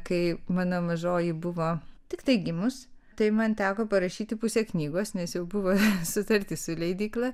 kai mano mažoji buvo tiktai gimus tai man teko parašyti pusę knygos nes jau buvo sutartis su leidykla